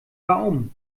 baum